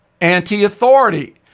anti-authority